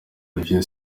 olivier